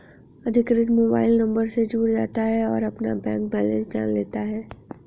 अधिकृत mobile number से जुड़ जाता है और अपना बैंक बेलेंस जान लेता है